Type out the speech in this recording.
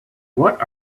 what